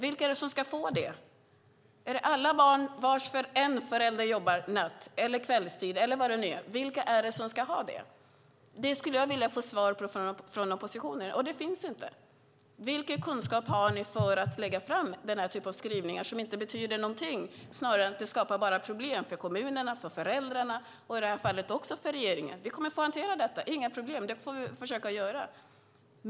Vilka är det som ska få bidraget? Är det alla barn vars ena förälder jobbar natt, kvällstid eller vad det nu är? Vilka är det? Det skulle jag vilja få svar på från oppositionen, och det finns inget svar. Vilken kunskap har ni för att lägga fram denna typ av skrivningar som inte betyder någonting? Det skapar snarare bara problem för kommunerna, för föräldrarna och i det här fallet också för regeringen. Vi kommer att få hantera detta. Det är inga problem; det får vi försöka göra.